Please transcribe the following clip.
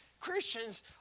Christians